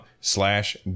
slash